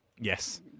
Yes